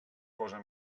cosa